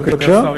אדוני השר.